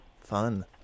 Fun